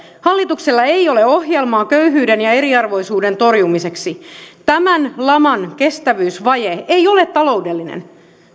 hallituksella ei ole ohjelmaa köyhyyden ja eriarvoisuuden torjumiseksi tämän laman kestävyysvaje ei ole taloudellinen